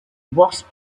wasp